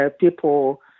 people